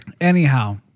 Anyhow